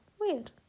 Weird